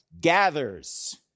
gathers